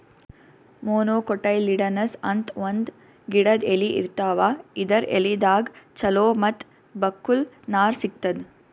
monocotyledonous ಅಂತ್ ಒಂದ್ ಗಿಡದ್ ಎಲಿ ಇರ್ತಾವ ಇದರ್ ಎಲಿದಾಗ್ ಚಲೋ ಮತ್ತ್ ಬಕ್ಕುಲ್ ನಾರ್ ಸಿಗ್ತದ್